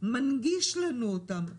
מנגיש לנו אותם,